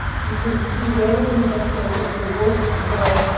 you can see whaling vessels at the wharfs there,